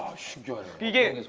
should be